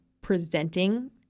presenting